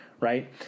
Right